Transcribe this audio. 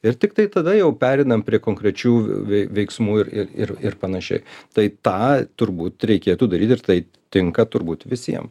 ir tiktai tada jau pereinam prie konkrečių vei veiksmų ir ir ir panašiai tai tą turbūt reikėtų daryt ir tai tinka turbūt visiem